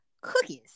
cookies